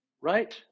Right